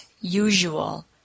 usual